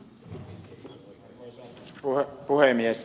arvoisa puhemies